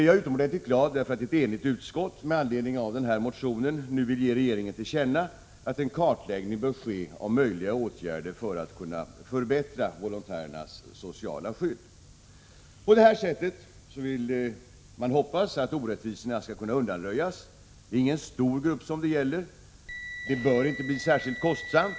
Jag är utomordentligt glad därför att ett enigt utskott med anledning av den här motionen nu vill ge regeringen till känna att en kartläggning bör ske av möjliga åtgärder för att förbättra volontärernas sociala skydd. På det sättet hoppas man att orättvisorna skall kunna undanröjas. Det gäller inte någon stor grupp. Det bör inte bli särskilt kostsamt.